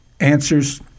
answers